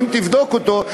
שאם תבדוק אותו,